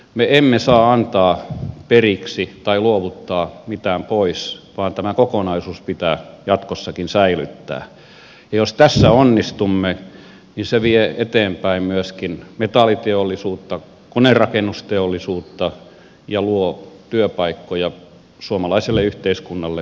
me emme saa antaa periksi tai luovuttaa mitään pois vaan tämä kokonaisuus pitää jatkossakin säilyttää ja jos tässä onnistumme niin se vie eteenpäin myöskin metalliteollisuutta konerakennusteollisuutta ja luo työpaikkoja suomalaiselle yhteiskunnalle jatkossakin